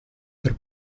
per